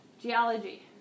geology